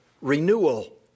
renewal